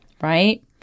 right